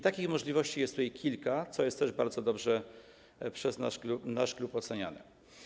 Takich możliwości jest tutaj kilka, co jest też bardzo dobrze przez nasz klub oceniane.